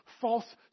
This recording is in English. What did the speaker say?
false